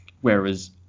Whereas